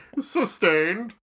Sustained